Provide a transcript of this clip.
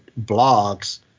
blogs